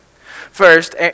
First